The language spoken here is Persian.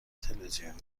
تلویزیونی